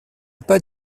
pas